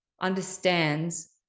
understands